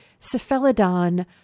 Cephalodon